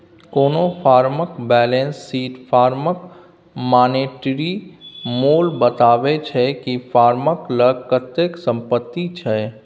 कोनो फर्मक balance sheet फर्मक मानेटिरी मोल बताबै छै कि फर्मक लग कतेक संपत्ति छै